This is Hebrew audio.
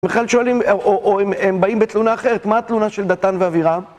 הם כלל שואלים, או הם באים בתלונה אחרת, מה התלונה של דתן ואבירם?